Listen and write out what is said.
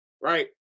right